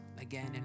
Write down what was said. again